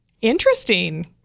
interesting